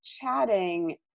chatting